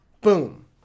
Boom